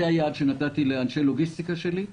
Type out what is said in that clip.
זה היעד שנתתי לאנשי הלוגיסטיקה שלי,